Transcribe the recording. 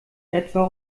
etwa